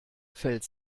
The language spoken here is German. fällt